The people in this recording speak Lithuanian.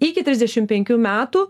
iki trisdešim penkių metų